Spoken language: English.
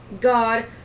god